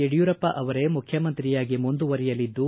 ಯಡಿಯೂರಪ್ಪ ಅವರೇ ಮುಖ್ಯಮಂತ್ರಿಯಾಗಿ ಮುಂದುವರಿಯಲಿದ್ದು